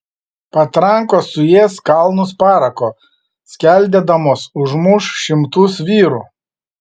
patrankos suės kalnus parako skeldėdamos užmuš šimtus vyrų